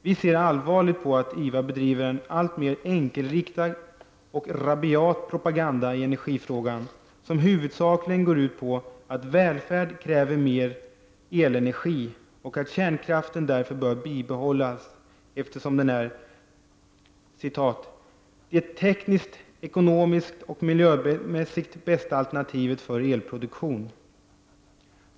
Vi ser allvarligt på att IVA bedriver en alltmer enkelriktad och rabiat propaganda i energifrågan, som huvudsakligen går ut på att välfärd kräver mer elenergi, och att kärnkraften därför bör bibehållas eftersom den är ”det tekniskt, ekonomiskt och miljömässigt bästa alternativet för elproduktion”.